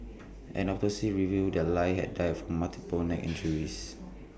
an autopsy revealed that lie had died from multiple neck injuries